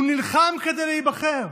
הוא נלחם כדי להיבחר,